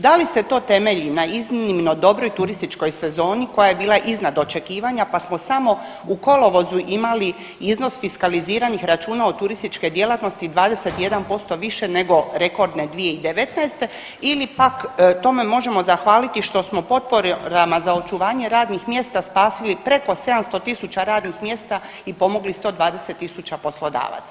Da li se to temelji na iznimno dobroj turističkoj sezoni koja je bila iznad očekivanja pa smo samo u kolovozu imali iznos fiskaliziranih računa od turističke djelatnosti 21% više nego rekordne 2019. ili pak tome možemo zahvaliti što smo potporama za očuvanje radnih mjesta spasili preko 700.000 radnih mjesta i pomogli 120.000 poslodavaca.